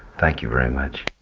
thank you very much